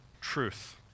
truth